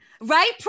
Right